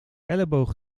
elleboog